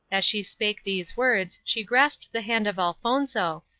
as she spake these words she grasped the hand of elfonzo,